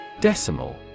Decimal